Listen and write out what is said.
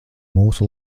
mūsu